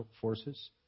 forces